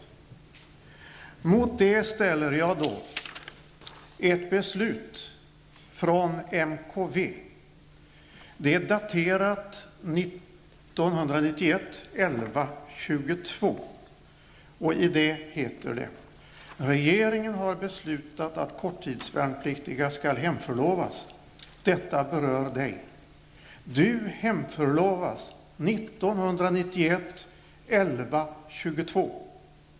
Mot detta vill jag ställa ett beslut från MKV. Det är daterat den 22 november år 1991. I beslutet sägs: ''Regeringen har beslutat att korttidsvärnpliktiga skall hemförlovas. Detta berör dig. Du hemförlovas 1991-11-22.''